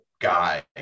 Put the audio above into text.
guy